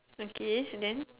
okay then